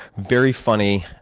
very funny,